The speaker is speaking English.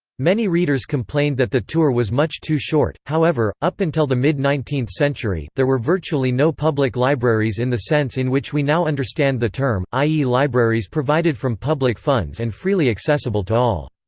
many readers complained that the tour was much too short however, up until the mid nineteenth century, there were virtually no public libraries in the sense in which we now understand the term, i e. libraries provided from public funds and freely accessible to all.